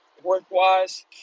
Work-wise